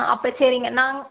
ஆ அப்போ சரிங்க நாங்க